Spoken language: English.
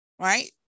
Right